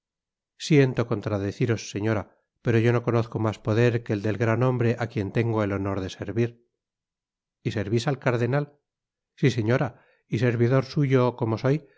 siento contradeciros señora pero yo no conozco mas poder que el del gran hombre á quien tengo el honor de servir y servis al cardenal si señora y servidor suyo como soy no